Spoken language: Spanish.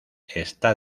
está